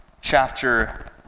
chapter